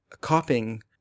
copying